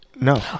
No